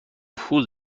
پول